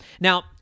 Now